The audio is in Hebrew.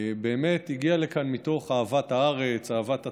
באמת הגיע לכאן מתוך אהבת הארץ, אהבת התורה,